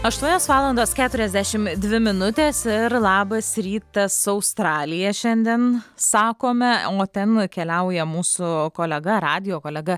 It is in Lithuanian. aštuonios valandos keturiasdešim dvi minutės ir labas rytas su australija šiandien sakome o ten keliauja mūsų kolega radijo kolega